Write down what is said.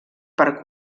per